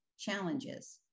challenges